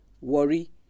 worry